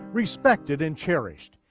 respected, and cherished.